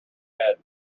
head